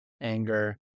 anger